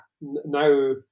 now